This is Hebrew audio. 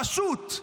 פשוט.